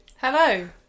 Hello